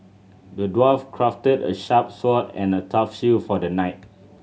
the dwarf crafted a sharp sword and a tough shield for the knight